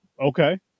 Okay